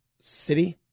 city